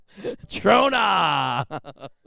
Trona